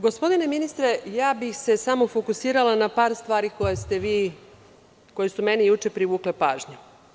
Gospodine ministre, ja bih se samo fokusirala na par stvari koje su meni juče privukle pažnju.